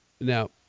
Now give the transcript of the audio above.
Now